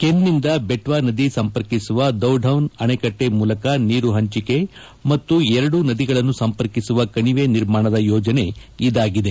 ಕೆನ್ ನಿಂದ ಬೆಟ್ಟಾ ನದಿ ಸಂಪರ್ಕಿಸುವ ದೌಢಾನ್ ಅಣೆಕಟ್ಟೆ ಮೂಲಕ ನೀರು ಹಂಚಿಕೆ ಮತ್ತು ಎರಡೂ ನದಿಗಳನ್ನು ಸಂಪರ್ಕಿಸುವ ಕಣಿವೆ ನಿರ್ಮಾಣದ ಯೋಜನೆ ಇದಾಗಿದೆ